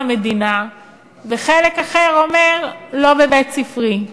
המדינה וחלק אחר אומר: לא בבית-ספרי.